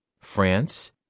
France